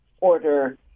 order